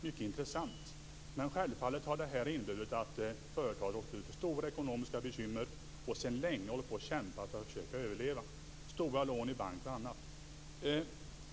mycket intressant, men det inträffade har självfallet inneburit att företaget har råkat ut för stora ekonomiska bekymmer. Det har sedan länge kämpat för att försöka överleva, med stora lån i bank osv.